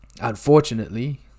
unfortunately